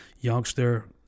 youngster